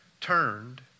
turned